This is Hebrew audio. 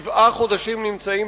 הם נמצאים שבעה חודשים במאבק,